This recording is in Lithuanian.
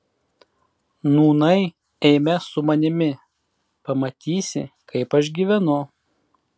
nūnai eime su manimi pamatysi kaip aš gyvenu